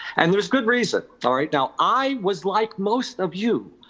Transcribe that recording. and there's good reason, all right. now, i was like most of you,